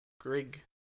Grig